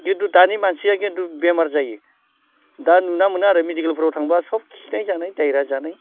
खिन्थु दानि मानसिया खिन्थु बेमार जायो दा नुनो मोनो आरो मेदिकेलफोराव थांबा सब खिनाय जानाय दायेरिया जानाय